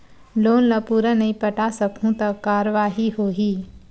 Loan ला पूरा नई पटा सकहुं का कारवाही होही?